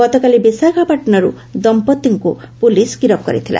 ଗତକାଲି ବିଶାଖାପାଟଣାରୁ ଦମ୍ମତିକୁ ପୁଲିସ୍ ଗିରଫ କରିଥିଲା